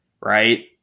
right